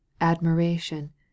admiration